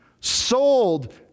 sold